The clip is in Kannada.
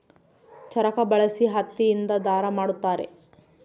ಚರಕ ಬಳಸಿ ಹತ್ತಿ ಇಂದ ದಾರ ಮಾಡುತ್ತಾರೆ